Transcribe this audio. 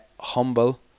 humble